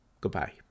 Goodbye